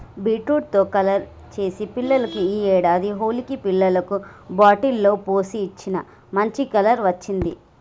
beetroot తో colour చేసి పిల్లలకు ఈ ఏడాది హోలికి పిల్లలకు బాటిల్ లో పోసి ఇచ్చిన, మంచి కలర్ వచ్చింది